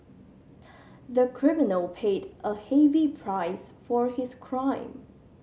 the criminal paid a heavy price for his crime